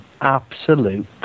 absolute